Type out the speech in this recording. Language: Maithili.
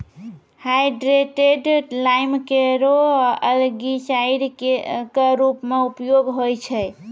हाइड्रेटेड लाइम केरो एलगीसाइड क रूप म उपयोग होय छै